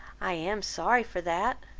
i am sorry for that,